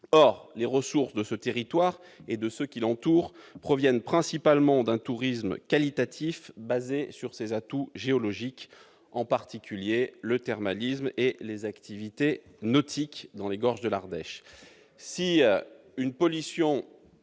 Or les ressources de ce territoire, et de ceux qui l'entourent, proviennent principalement d'un tourisme qualitatif fondé sur ses atouts géologiques, en particulier le thermalisme et les activités nautiques dans les gorges de l'Ardèche.